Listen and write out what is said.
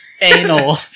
Anal